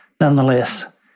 nonetheless